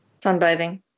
Sunbathing